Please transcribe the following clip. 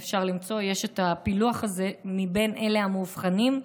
יש את הפילוח הזה מבין אלה המאובחנים,